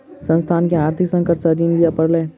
संस्थान के आर्थिक संकट में ऋण लिअ पड़ल